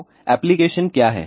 तो एप्लीकेशन क्या हैं